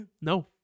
No